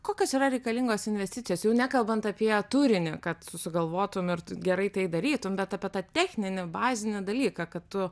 kokios yra reikalingos investicijos jau nekalbant apie turinį kad sugalvotum ir gerai tai darytum bet apie tą techninį bazinį dalyką kad tu